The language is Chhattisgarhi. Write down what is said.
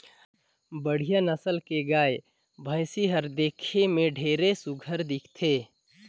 बड़िहा नसल के गाय, भइसी हर देखे में ढेरे सुग्घर दिखथे